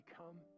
come